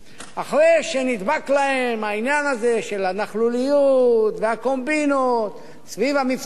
אחרי שנדבק להם העניין הזה של הנכלוליות והקומבינות סביב המבצע הזה,